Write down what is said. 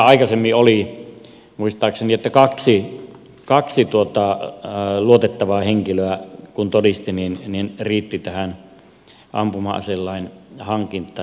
näinhän aikaisemmin muistaakseni oli että kun kaksi luotettavaa henkilöä todisti niin se riitti tähän ampuma aseen hankintaan